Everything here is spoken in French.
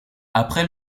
après